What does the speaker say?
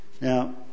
Now